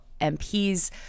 MPs